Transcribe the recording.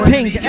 Pink